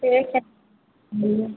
एक है बोलिए